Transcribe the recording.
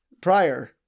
prior